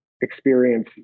experience